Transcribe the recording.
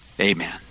Amen